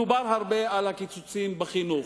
דובר הרבה על הקיצוצים בחינוך,